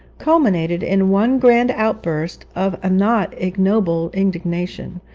culminated in one grand outburst of a not ignoble indignation,